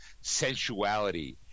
sensuality